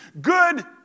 good